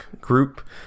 group